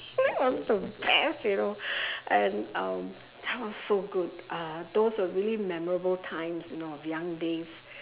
that was the best you know and um that was so good uh those were really memorable times you know of young days